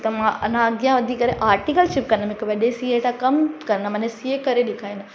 त मां अञा अॻियां वधी करे आर्टिकलशिप कंदमि हिकु वॾे सी ए सां कमु कंदमि सी ए करे ॾिखारींदमि